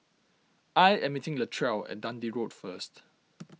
I am meeting Latrell at Dundee Road first